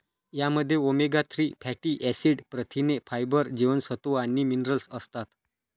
यामध्ये omega three fatty acid, प्रथिने, fibre, जीवनसत्व आणि मिनरल्स असतात